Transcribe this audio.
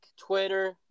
Twitter